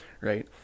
right